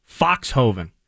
Foxhoven